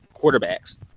quarterbacks